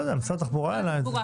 לא יודע, משרד התחבורה העלה את זה.